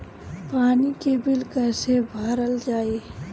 पानी के बिल कैसे भरल जाइ?